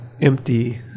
empty